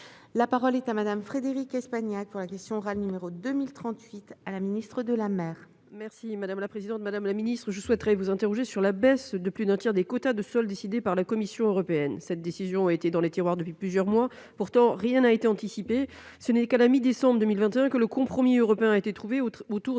la parole est à Madame Frédérique Espagnac pour la question orale, numéro 2 1038 à la ministre de la mer.